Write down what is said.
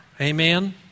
Amen